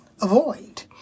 Avoid